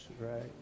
right